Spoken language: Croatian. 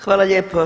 Hvala lijepo.